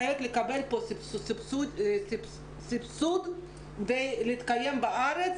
חייבת לקבל סבסוד כדי להתקיים בארץ,